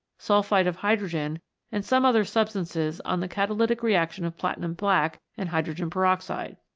sulphide of hydrogen and some other substances on the catalytic reaction of platinum black and hydrogen peroxide.